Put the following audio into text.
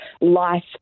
life